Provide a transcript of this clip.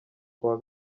kuwa